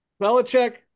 Belichick